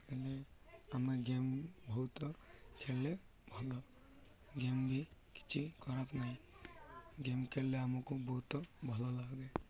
ହେଲେ ଆମେ ଗେମ୍ ବହୁତ ଖେଳିଲେ ଭଲ ଗେମ୍ ବି କିଛି ଖରାପ ନାହିଁ ଗେମ୍ ଖେଳିଲେ ଆମକୁ ବହୁତ ଭଲ ଲାଗେ